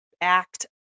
act